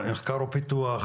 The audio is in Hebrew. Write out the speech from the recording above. מחקר ופיתוח,